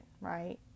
right